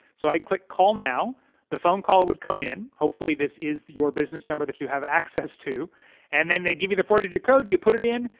so i click call now the phone call would come in. hopefully this is your business number that you have access to and then they give you the four digit code, you put it in.